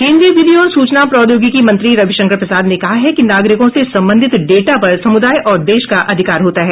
केन्द्रीय विधि और सूचना प्रौद्योगिकी मंत्री रविशंकर प्रसाद ने कहा है कि नागरिकों से संबंधित डेटा पर समुदाय और देश का अधिकार होता है